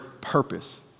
purpose